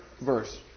verse